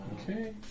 Okay